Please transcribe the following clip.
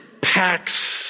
packs